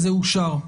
וזה אושר?